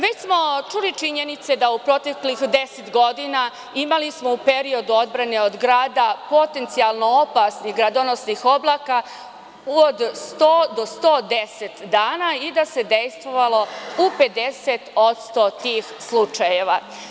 Već smo čuli činjenice da u proteklih 10 godina imali smo u periodu odbrane od grada potencijalno opasnih gradonosnih oblaka od 100 do 110 dana i da se dejstvovalo u 50% tih slučajeva.